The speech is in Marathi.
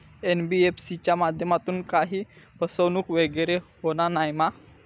एन.बी.एफ.सी च्या माध्यमातून काही फसवणूक वगैरे होना नाय मा?